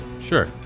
sure